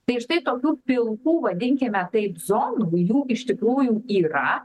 tai štai tokių pilkų vadinkime taip zondų jų iš tikrųjų yra